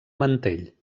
mantell